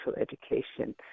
education